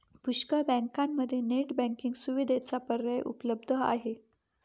पुष्कळ बँकांमध्ये net banking सुविधेचा पर्याय उपलब्ध आहे